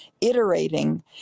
iterating